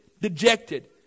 dejected